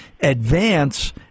advance